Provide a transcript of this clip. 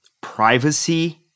privacy